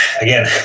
again